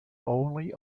only